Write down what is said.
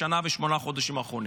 בשנה ושמונת החודשים האחרונים.